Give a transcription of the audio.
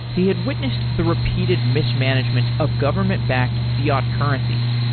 he had witnessed the repeated mismanagement of government-backed fiat currencies.